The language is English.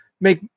make